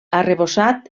arrebossat